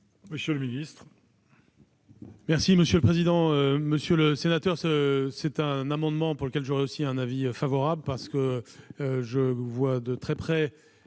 monsieur le ministre,